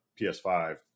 PS5